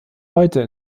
heute